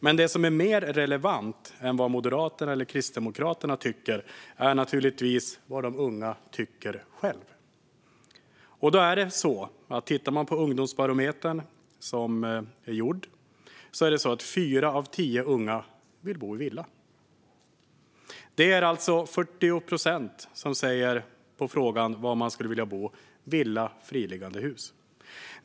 Men det som är mer relevant än vad Moderaterna eller Kristdemokraterna tycker är naturligtvis vad de unga själva tycker. Enligt Ungdomsbarometern vill fyra av tio unga bo i villa. På frågan om var de skulle vilja bo är det alltså 40 procent som säger att de skulle vilja bo i villa - friliggande hus.